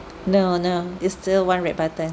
no no it's still one red button